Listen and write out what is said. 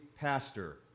pastor